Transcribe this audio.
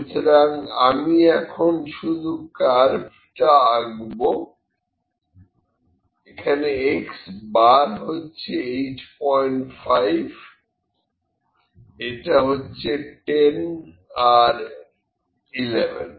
সুতরাং আমি এখন শুধু টা আঁকবো x' হচ্ছে 85 এটা হচ্ছে 10 আর 11